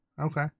Okay